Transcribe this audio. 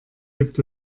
gibt